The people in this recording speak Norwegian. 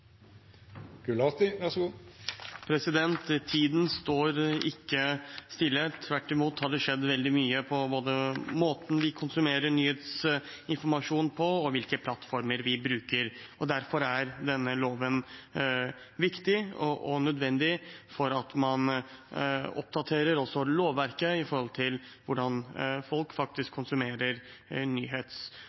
skjedd veldig mye både i måten vi konsumerer nyhetsinformasjon på, og hvilke plattformer vi bruker. Derfor er denne loven viktig og nødvendig, at man oppdaterer også lovverket ut fra hvordan folk faktisk konsumerer